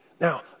Now